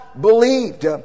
believed